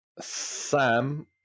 Sam